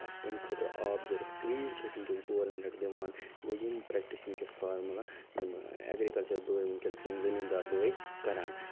اسہِ تَمہِ خٲطرٕ آب ضرٗورت کریٖل چھِ اسہِ وُنٛکیٚس گورمیٚنٛٹ دِوان گوٚو یم پرٛیٚکٹِس چھِ وُنٛکیٚس فارمولہ یم ایٚگرِکلچر بھٲے وُنٛکیٚس یِم زمیٖندار بھٲے کران